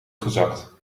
gezakt